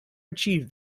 achieve